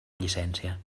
llicència